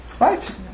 Right